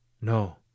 No